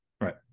Right